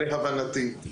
להבנתי,